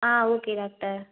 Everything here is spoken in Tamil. ah okay doctor